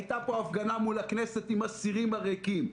הייתה פה הפגנה מול הכנסת עם הסירים הריקים.